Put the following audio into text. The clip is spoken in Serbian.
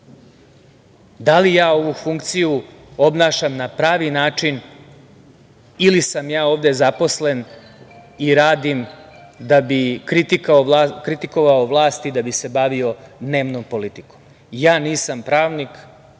da li ja ovu funkciju obnašam na pravi način ili sam ja ovde zaposlen i radim da bi kritikovao vlast i da bi se bavio dnevnom politikom. Ja nisam pravnik,